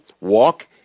walk